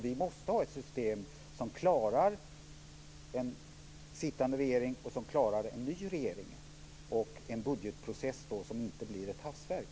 Vi måste ha ett system som klarar en regering som sitter kvar och en ny regering. Budgetprocessen får inte bli ett hafsverk.